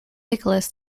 nicholas